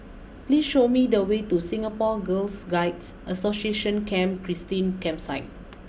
please show me the way to Singapore Girl Guides Association Camp Christine Campsite